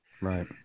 Right